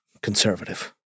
conservative